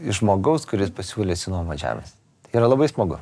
iš žmogaus kuris pasiūlė išsinuomot žemės tai yra labai smagu